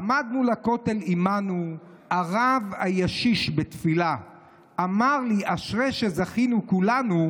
"עמד מול הכותל עימנו / הרב הישיש בתפילה./ אמר לי: 'אשרי שזכינו כולנו'